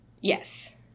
Yes